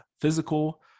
physical